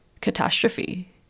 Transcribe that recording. catastrophe